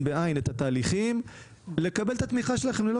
בעין את התהליכים היא לקבל את התמיכה שלכם,